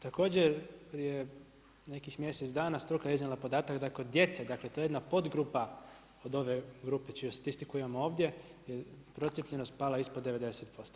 Također prije nekih mjeseca dana struka je iznijela podatak da kod djece, dakle to je jedna podgrupa od ove grupe čiju statistiku imam ovdje je procijepljenost pala ispod 90%